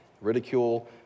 Ridicule